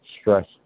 stress